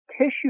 tissue